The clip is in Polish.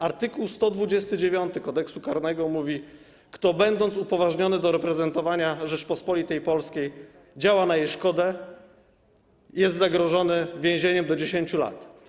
Art. 129 Kodeksu karnego mówi: kto, będąc upoważnionym do reprezentowania Rzeczypospolitej Polskiej, działa na jej szkodę, jest zagrożony więzieniem do 10 lat.